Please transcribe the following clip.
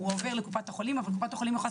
הוא עובר לקופת החולים אבל קופת החולים יכולה